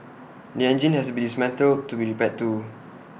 the engine has to be dismantled to be repaired too